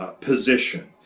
position